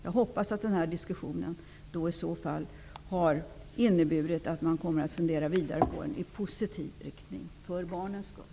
Jag hoppas att diskussionen i så fall har inneburit att man kommer att fundera vidare i positiv riktning, för barnens skull.